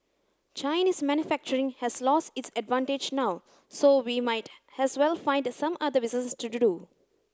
Chinese manufacturing has lost its advantage now so we might as well find some other business to do